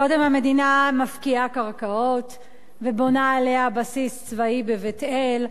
קודם המדינה מפקיעה קרקעות ובונה עליהן בסיס צבאי בבית-אל,